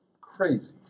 crazy